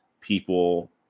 people